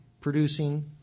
producing